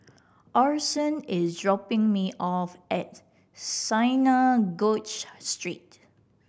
Orson is dropping me off at Synagogue Street